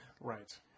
Right